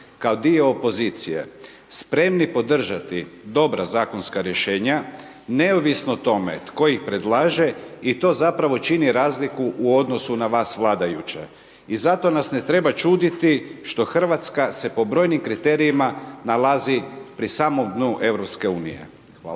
kao dio opozicije spremni podržati dobra zakonska rješenja, neovisno o tome tko ih predlaže i to zapravo čini razliku u odnosu na vas vladajuće. I zato nas ne treba čuditi što Hrvatska se po brojnim kriterijima nalazi pri samom dnu EU. Hvala.